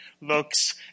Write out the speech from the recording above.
looks